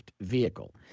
vehicle